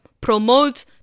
promote